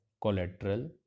collateral